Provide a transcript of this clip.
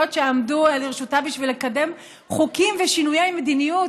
שעמדו לרשותה בשביל לקדם חוקים ושינויי מדיניות,